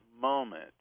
moment